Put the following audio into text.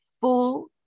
full